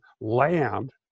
land